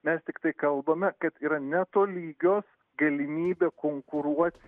mes tiktai kalbame kad yra netolygios galimybė konkuruoti